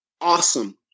awesome